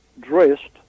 dressed